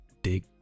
dig